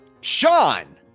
Sean